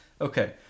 Okay